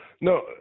No